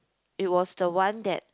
it was the one that